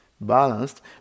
balanced